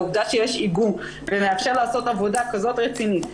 העובדה שיש איגום מאפשר לעשות עבודה כזאת רצינית,